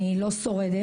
אני לא שורדת.